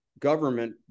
Government